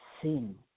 sin